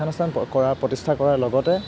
শিক্ষানুষ্ঠান কৰাৰ প্ৰতিষ্ঠা কৰাৰ লগতে